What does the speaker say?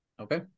Okay